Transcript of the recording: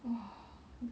!wah! n~